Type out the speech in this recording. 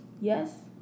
Yes